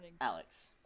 Alex